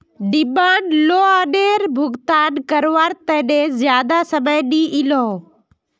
demand लोअनेर भुगतान कारवार तने ज्यादा समय नि इलोह